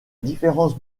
différence